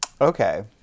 Okay